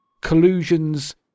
collusions